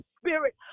spirit